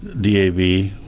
DAV